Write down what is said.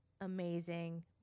amazing